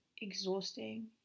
exhausting